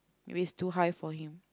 if it's too high for him